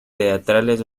teatrales